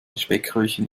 speckröllchen